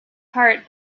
heart